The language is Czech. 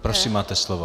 Prosím, máte slovo.